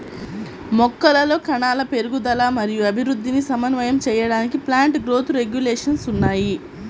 మొక్కలలో కణాల పెరుగుదల మరియు అభివృద్ధిని సమన్వయం చేయడానికి ప్లాంట్ గ్రోత్ రెగ్యులేషన్స్ ఉన్నాయి